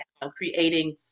creating